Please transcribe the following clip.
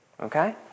Okay